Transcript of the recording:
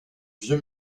vieux